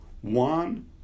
one